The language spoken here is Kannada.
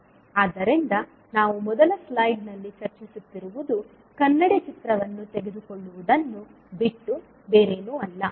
ಆದ್ದರಿಂದ ನಾವು ಮೊದಲ ಸ್ಲೈಡ್ ನಲ್ಲಿ ಚರ್ಚಿಸುತ್ತಿರುವುದು ಕನ್ನಡಿ ಚಿತ್ರವನ್ನು ತೆಗೆದುಕೊಳ್ಳುವುದನ್ನು ಬಿಟ್ಟು ಬೇರೇನೂ ಅಲ್ಲ